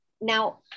Now